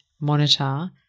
monitor